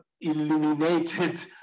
illuminated